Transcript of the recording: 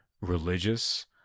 religious